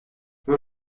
vous